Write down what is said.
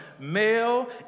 Male